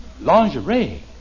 Lingerie